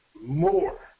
more